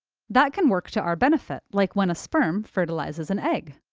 that can work to our benefit, like when a sperm fertilizes an egg,